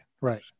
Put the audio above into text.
right